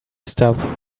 stuff